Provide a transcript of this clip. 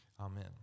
Amen